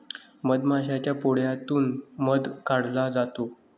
मधमाशाच्या पोळ्यातून मध काढला जातो